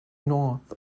north